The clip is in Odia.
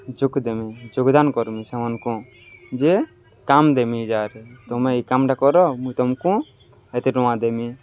ଯୋଗ୍ ଦେମି ଯୋଗଦାନ୍ କର୍ମି ସେମାନ୍କୁ ଯେ କାମ୍ ଦେମି ଇ ଜାଗାରେ ତମେ ଇ କାମ୍ଟା କର ମୁଇଁ ତମ୍କୁ ଏତେ ଟଙ୍ଗା ଦେମି